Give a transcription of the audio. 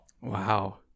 wow